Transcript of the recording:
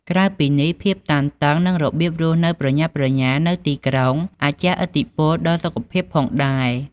ក្រៅពីនេះ ភាពតានតឹង និងរបៀបរស់នៅប្រញាប់ប្រញាល់នៅទីក្រុងអាចជះឥទ្ធិពលដល់សុខភាពផងដែរ។